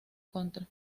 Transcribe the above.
contra